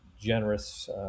generous